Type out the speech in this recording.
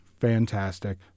fantastic